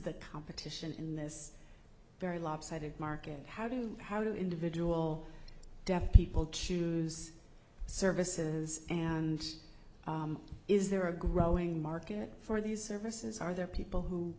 the competition in this very lopsided market how do you how do individual deaf people choose services and is there a growing market for these services are there people who